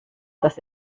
das